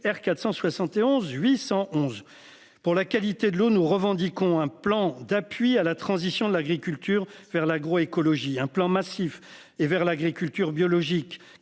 R 400. 811 pour la qualité de l'eau. Nous revendiquons un plan d'appui à la transition de l'agriculture vers l'agroécologie un plan massif et vers l'agriculture biologique